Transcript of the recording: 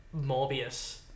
Morbius